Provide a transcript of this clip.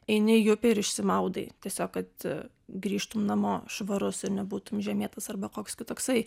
eini į upę ir išsimaudai tiesiog kad grįžtum namo švarus ir nebūtum žemėtas arba koks kitoksai